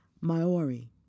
Maori